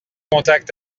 contact